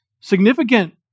significant